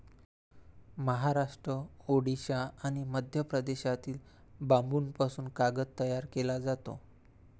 महाराष्ट्र, ओडिशा आणि मध्य प्रदेशातील बांबूपासून कागद तयार केला जातो